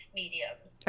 mediums